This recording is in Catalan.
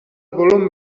volum